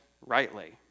rightly